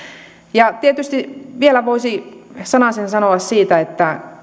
ja tietysti vielä voisi sanasen sanoa siitä että